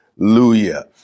Hallelujah